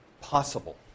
possible